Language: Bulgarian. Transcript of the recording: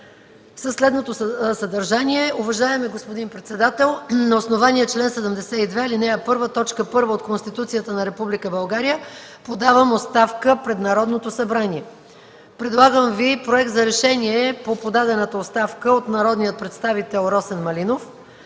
със следното съдържание: „Уважаеми господин председател, на основание чл. 72, ал. 1, т. 1 от Конституцията на Република България подавам оставка пред Народното събрание”. Предлагам Ви Проект за решение по подадената оставка от народния представител Росен Малинов: